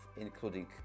including